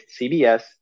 CBS